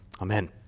Amen